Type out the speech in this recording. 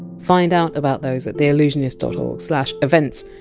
find out about those at theallusionist dot org slash events,